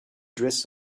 dress